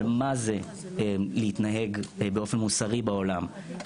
על מה זה להתנהג באופן מוסרי בעולם,